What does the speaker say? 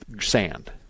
sand